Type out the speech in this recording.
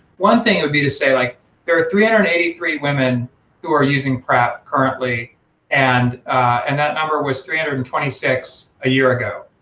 one thing it would be to say, like there are three hundred and eighty three women who are using prep currently and and that number was three hundred and twenty six a year ago,